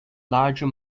larger